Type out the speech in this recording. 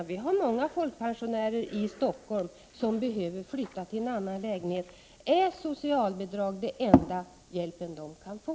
Det finns nämligen många folkpensionärer i Stockholm som behöver flytta till en annan lägenhet. Är socialbidrag den enda hjälp de kan få?